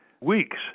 weeks